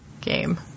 game